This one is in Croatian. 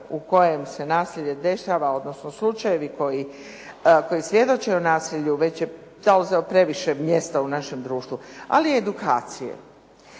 u kojem se nasilje dešava odnosno slučajevi koji svjedoče o nasilju već je zauzeo previše mjesta u našem društvu, ali edukacije.